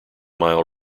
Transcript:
mile